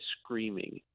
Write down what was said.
screaming